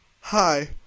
Hi